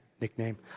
nickname